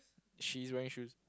she's wearing shoes